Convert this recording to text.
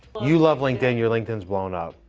you love linkedin. your linkedin's blowing up.